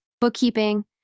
bookkeeping